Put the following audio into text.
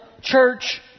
church